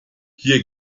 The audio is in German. hier